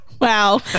Wow